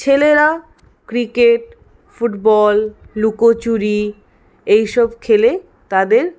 ছেলেরা cricket football লুকোচুরি এইসব খেলে তাদের